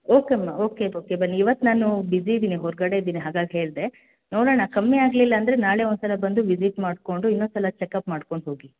okay ಮ okay okay ಬನ್ನಿ ಇವತ್ತು ನಾನು ಬಿಜಿ಼ ಇದೀನಿ ಹೊರಗಡೆ ಇದೀನಿ ಹಾಗಾಗಿ ಹೇಳಿದೆ ನೋಡೊಣ ಕಮ್ಮಿ ಆಗ್ಲಿಲ್ಲ ಅಂದರೆ ನಾಳೆ ಒಂದ್ಸಲ ಬಂದು ವಿಸಿಟ್ ಮಾಡ್ಕೊಂಡು ಇನ್ನೊಂದು ಸಲ ಚೆಕಪ್ ಮಾಡ್ಕೊಂಡು ಹೋಗಿ